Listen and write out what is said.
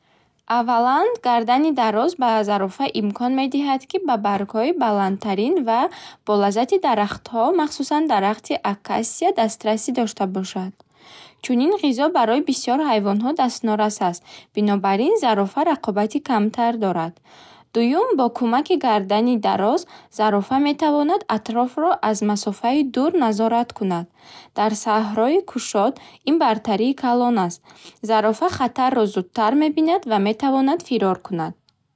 Аввалан, гардани дароз ба зарофа имкон медиҳад, ки ба баргҳои баландтарин ва болаззати дарахтҳо махсусан дарахти акасия дастрасӣ дошта бошад. Чунин ғизо барои бисёр ҳайвонҳо дастнорас аст, бинобар ин зарофа рақобати камтар дорад. Дуюм, бо кӯмаки гардани дароз зарофа метавонад атрофро аз масофаи дур назорат кунад. Дар саҳрои кушод ин бартарии калон аст. Зарофа хатарро зудтар мебинад ва метавонад фирор кунад.